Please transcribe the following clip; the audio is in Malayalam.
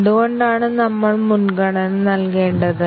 എന്തുകൊണ്ടാണ് നമ്മൾ മുൻഗണന നൽകേണ്ടത്